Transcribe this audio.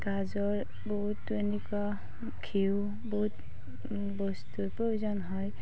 গাজৰ বহুতো এনেকুৱা ঘিঁউ বহুত বস্তুৰ প্ৰয়োজন হয়